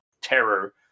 terror